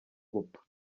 gupfa